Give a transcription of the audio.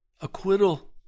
Acquittal